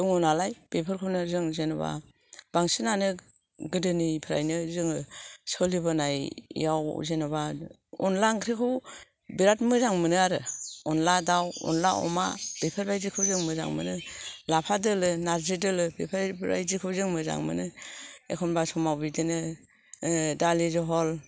दङ' नालाय बेफोरखौनो जों जेनेबा बांसिनानो गोदोनिफ्रायनो जोङो सोलिबोनायआव जेनेबा अनला ओंख्रिखौ बिराद मोजां मोनो आरो अनला दाउ अनला अमा बेफोरबायदिखौ जों मोजां मोनो लाफा दोलो नारजि दोलो बेबायदिखौ जों मोजां मोनो एखम्बा समाव बिदिनो दालि जहल